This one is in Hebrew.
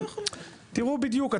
תראו בדיוק.